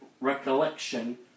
recollection